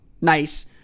nice